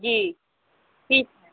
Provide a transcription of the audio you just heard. जी ठीक है